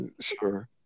Sure